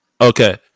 Okay